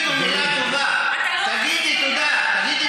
השחרה של פני המדינה?